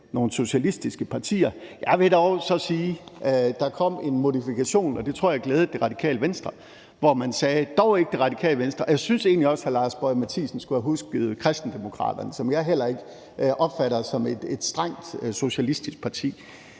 nogle socialistiske partier. Jeg vil dog så sige, at der kom en modifikation, og det tror jeg glædede Radikale Venstre, hvor man sagde: dog ikke Radikale Venstre. Og jeg synes egentlig også, hr. Lars Boje Mathiesen skulle have husket Kristendemokraterne, som jeg heller ikke opfatter som et strengt socialistisk parti.